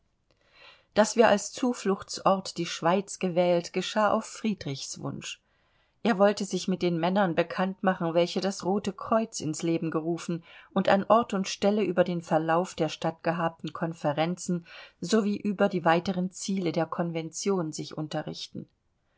daß wir als zufluchtsort die schweiz gewählt geschah auf friedrichs wunsch er wollte sich mit den männern bekannt machen welche das rote kreuz ins leben gerufen und an ort und stelle über den verlauf der stattgehabten konferenzen so wie über die weiteren ziele der konvention sich unterrichten